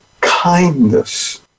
kindness